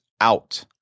out